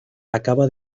acaba